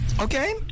Okay